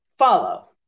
follow